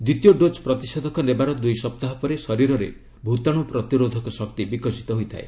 ଦ୍ୱିତୀୟ ଡୋକ୍ ପ୍ରତିଷେଧକ ନେବାର ଦୁଇ ସପ୍ତାହ ପରେ ଶରୀରରେ ଭୂତାଣୁ ପ୍ରତିରୋଧକ ଶକ୍ତି ବିକଶିତ ହୋଇଥାଏ